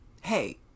Hey